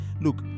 Look